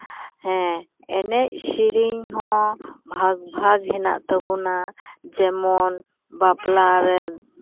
ᱦᱮᱸ ᱮᱱᱮᱡ ᱥᱮᱨᱮᱧ ᱦᱚᱸ ᱵᱷᱟᱜᱽ ᱵᱷᱟᱜᱽ ᱦᱮᱱᱟᱜ ᱛᱟᱵᱚᱱᱟ ᱡᱮᱢᱚᱱ ᱵᱟᱯᱞᱟᱨᱮ